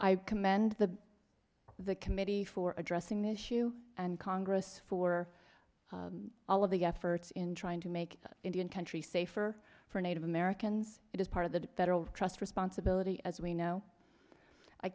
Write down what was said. i commend the the committee for addressing this issue and congress for all of the efforts in trying to make indian country safer for native americans it is part of the federal trust responsibility as we know i